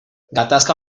gatazka